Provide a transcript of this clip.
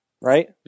right